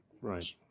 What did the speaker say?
Right